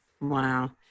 Wow